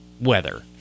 weather